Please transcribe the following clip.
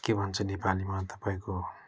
के भन्छ नेपालीमा तपाईँको